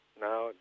Now